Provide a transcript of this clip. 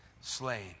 slain